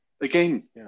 again